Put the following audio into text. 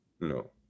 No